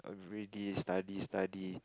everyday study study